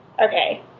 Okay